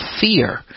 fear